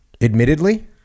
admittedly